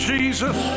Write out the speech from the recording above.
Jesus